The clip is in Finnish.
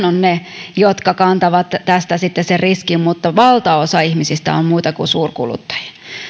ovat ne jotka kantavat tästä sitten sen riskin ja valtaosa ihmisistä on muita kuin suurkuluttajia